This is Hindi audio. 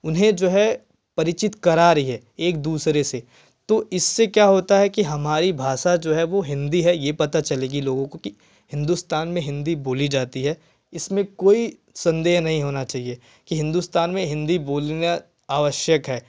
उन्हें जो है परिचित करा रही है एक दूसरे से तो इससे क्या होता है कि हमारी भाषा जो है वह हिंदी है यह पता चलेगी लोगों को कि हिंदुस्तान में हिंदी बोली जाती है इसमें कोई संदेह नहीं होना चाहिए कि हिंदुस्तान में हिंदी बोलना आवश्यक है